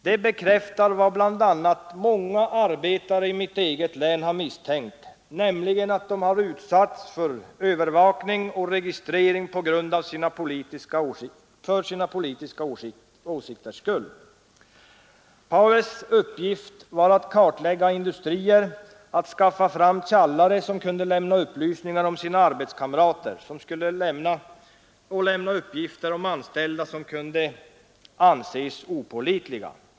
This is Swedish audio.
Det bekräftar vad bl.a. många arbetare i mitt län har misstänkt, nämligen att de utsatts för övervakning och registrering på grund av sina politiska åsikter. Paues” uppgift var att kartlägga industrier och skaffa fram tjallare som kunde lämna upplysningar om sina arbetskamreter och om anställda som kunde anses opålitliga.